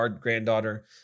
granddaughter